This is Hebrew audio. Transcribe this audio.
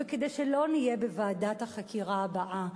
כדי שלא נהיה בוועדת החקירה הבאה,